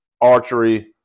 archery